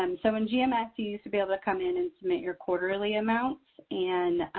um so in gms you used to be able to come in and submit your quarterly amounts and